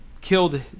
killed